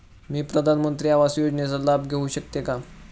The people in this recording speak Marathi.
मी प्रधानमंत्री आवास योजनेचा लाभ घेऊ शकते का?